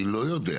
אני לא יודע.